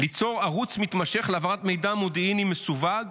ליצור ערוץ מתמשך להעברת מידע מודיעיני מסווג,